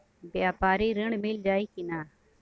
व्यापारी ऋण मिल जाई कि ना?